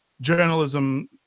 journalism